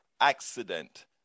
accident